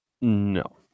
No